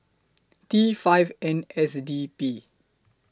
T five N S D P